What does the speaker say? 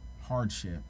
hardship